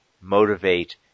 motivate